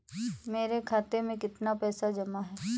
मेरे खाता में कितनी पैसे जमा हैं?